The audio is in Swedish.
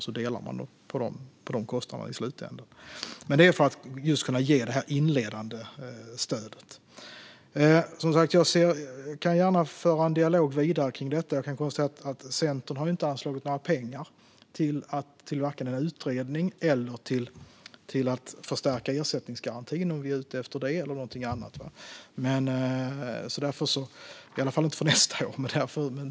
Man delar sedan i slutänden på dessa kostnader. Garantin är alltså till just för att kunna ge detta inledande stöd. Jag kan som sagt gärna föra en dialog vidare kring detta. Men jag kan konstatera att Centern inte har anslagit några pengar till vare sig en utredning, till att förstärka ersättningsgarantin, om vi är ute efter det, eller till någonting annat - i alla fall inte för nästa år.